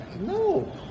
No